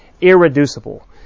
irreducible